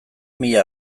mila